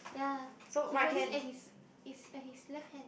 ya he holding at his his at his left hand